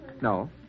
No